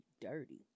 dirty